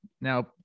Now